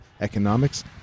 economics